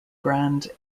grand